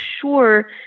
sure